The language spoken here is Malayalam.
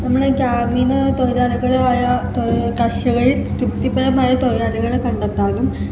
നമ്മൾ ഗ്രാമീണ തൊഴിലാളികളായ കർഷകർ തൃപ്തികരമായ തൊഴിലാളികളെ കണ്ടെത്താനും